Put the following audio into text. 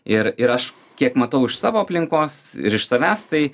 ir ir aš kiek matau iš savo aplinkos ir iš savęs tai